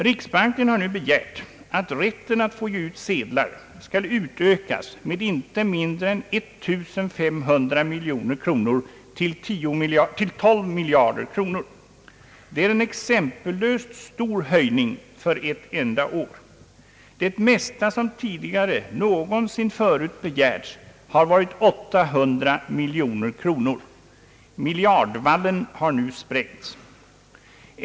Riksbanken har nu begärt att rätten att få ge ut sedlar skall utökas med inte mindre än 1 500 miljoner kronor, till 12 miljarder kronor. Det är en exempellöst stor höjning för ett enda år; det mesta som någonsin förut begärts har varit 800 miljoner kronor. Miljardvallen har nu sprängts.